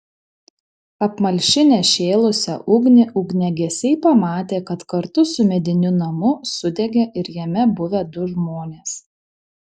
apmalšinę šėlusią ugnį ugniagesiai pamatė kad kartu su mediniu namu sudegė ir jame buvę du žmonės